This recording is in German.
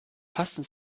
passen